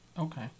Okay